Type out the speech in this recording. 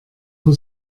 für